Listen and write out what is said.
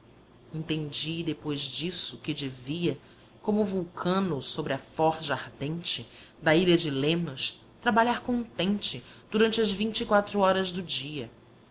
consciente entendi depois disso que devia como vulcano sobre a forja ardente da ilha de lemnos trabalhar contente durante as vinte e quatro horas do dia